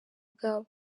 bwabo